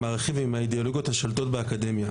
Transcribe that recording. הערכים והאידיאולוגיות השולטות באקדמיה,